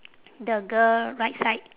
the girl right side